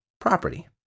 property